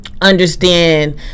understand